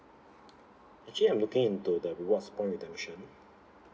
actually I'm looking into the rewards point redemption